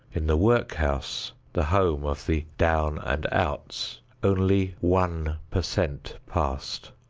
in the work house the home of the down and outs only one per cent passed.